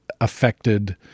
affected